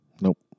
Nope